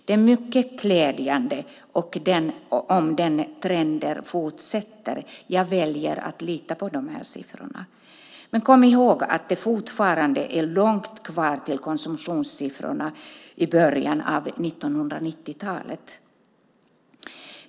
Det är mycket glädjande om den trenden fortsätter. Jag väljer att lita på dessa siffror. Men vi ska komma ihåg att det fortfarande är långt kvar till konsumtionssiffrorna i början av 1990-talet.